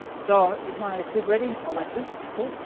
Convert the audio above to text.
so is my suit ready or my suits? cool.